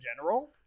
general